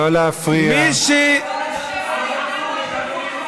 לא להפריע, לא להפריע,